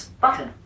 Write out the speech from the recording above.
button